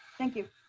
thank you.